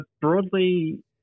Broadly